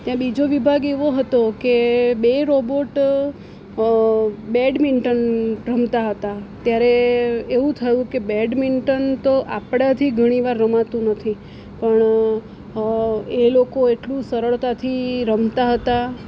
ને બીજો વિભાગ એવો હતો કે બે રોબોટ બેડમિન્ટન રમતા હતા ત્યારે એવું થયું કે બેડમિન્ટન તો આપણાંથી ઘણીવાર રમાતું નથી પણ એ લોકો એટલું સરળતાથી રમતા હતા